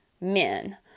men